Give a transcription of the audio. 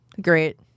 Great